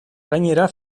gainera